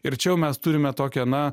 ir čia jau mes turime tokią na